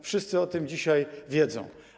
Wszyscy o tym dzisiaj wiedzą.